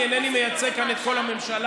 כי אינני מייצג כאן את כל הממשלה.